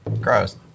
Gross